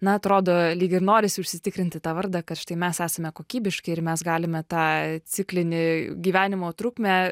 na atrodo lyg ir norisi užsitikrinti tą vardą kad štai mes esame kokybiški ir mes galime tą ciklinį gyvenimo trukmę